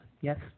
Yes